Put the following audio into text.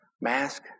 mask